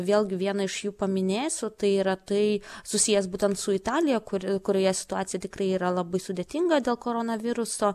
vėlgi vieną iš jų paminėsiu tai yra tai susijęs būtent su italija kuri kurioje situacija tikrai yra labai sudėtinga dėl koronaviruso